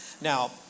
Now